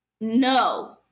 No